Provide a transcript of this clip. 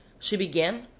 she began,